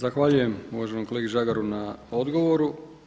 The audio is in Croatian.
Zahvaljujem uvaženom kolegi Žagaru na odgovoru.